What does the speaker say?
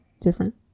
different